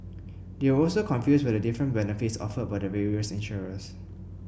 they were also confused by the different benefits offered by the various insurers